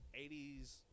80s